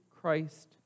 Christ